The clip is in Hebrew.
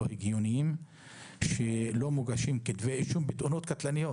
הגיוניים לא מוגשים כתבי אישום בתאונות קטלניות.